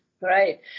right